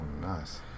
nice